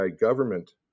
government